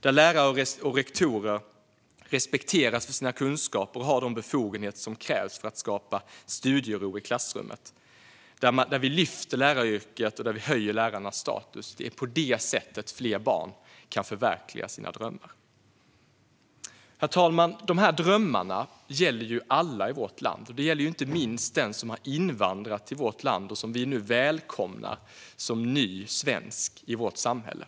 Det handlar om att lärare och rektorer respekteras för sina kunskaper och har de befogenheter som krävs för att skapa studiero i klassrummet och att vi lyfter läraryrket och höjer lärarnas status. Det är på detta sätt som fler barn kan förverkliga sina drömmar. Herr talman! Dessa drömmar gäller alla i vårt land. De gäller inte minst den som har invandrat till vårt land och som vi nu välkomnar som ny svensk i vårt samhälle.